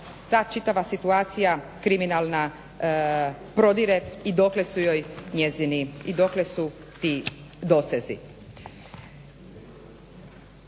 ta čitava situacija kriminalna prodire i dokle su ti dosezi.